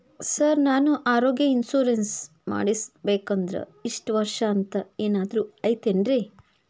Sir ನಾನು ಆರೋಗ್ಯ insurance ಮಾಡಿಸ್ಬೇಕಂದ್ರೆ ಇಷ್ಟ ವರ್ಷ ಅಂಥ ಏನಾದ್ರು ಐತೇನ್ರೇ?